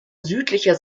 südlicher